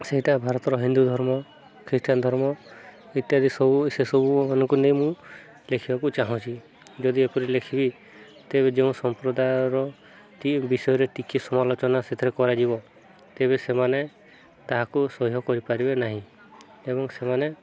ସେଇଟା ଭାରତର ହିନ୍ଦୁ ଧର୍ମ ଖ୍ରୀଷ୍ଟିଆନ ଧର୍ମ ଇତ୍ୟାଦି ସବୁ ସେସବୁମାନଙ୍କୁ ନେଇ ମୁଁ ଲେଖିବାକୁ ଚାହୁଁଛି ଯଦି ଏପରି ଲେଖିବି ତେବେ ଯେଉଁ ସମ୍ପ୍ରଦାୟର ବିଷୟରେ ଟିକେ ସମାଲୋଚନା ସେଥିରେ କରାଯିବ ତେବେ ସେମାନେ ତାହାକୁ ସହ୍ୟ କରିପାରିବେ ନାହିଁ ଏବଂ ସେମାନେ